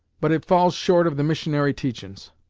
but it falls short of the missionary teachin's.